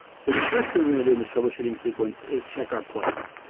so the first thing we're going to do in this troubleshooting sequence is check our plugins.